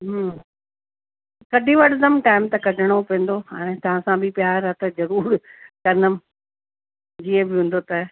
कढी वठदमि टाइम त कढिणो पवंदो हाणे तव्हां सां बि प्यारु आहे त ज़रूर कंदमि जीअं बि हूंदो त